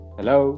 Hello